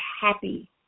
happy